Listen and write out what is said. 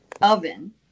oven